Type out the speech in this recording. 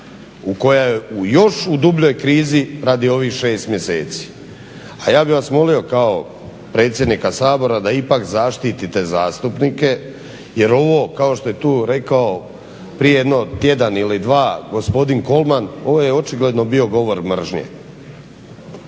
u kojoj je još u dubljoj krizi radi ovih 6 mjeseci. A ja bih vas molio kao predsjednika Sabora da ipak zaštite zastupnike jer ovo kao što je tu rekao prije jedno tjedan ili dva gospodin Kolman ovo je očigledno bio govor mržnje.